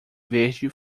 verde